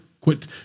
Quit